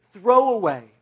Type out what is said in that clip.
throwaway